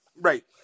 right